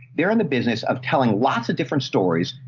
they're in the business of telling lots of different stories,